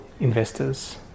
investors